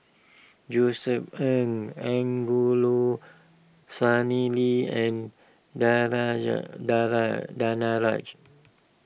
Josef Ng Angelo Sanelli and Danaraj